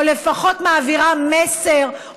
או לפחות מעבירה מסר,